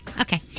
Okay